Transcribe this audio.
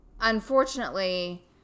unfortunately